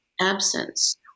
absence